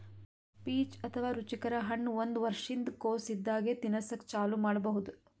peach ಅಥವಾ ರುಚಿಕರ ಹಣ್ಣ್ ಒಂದ್ ವರ್ಷಿನ್ದ್ ಕೊಸ್ ಇದ್ದಾಗೆ ತಿನಸಕ್ಕ್ ಚಾಲೂ ಮಾಡಬಹುದ್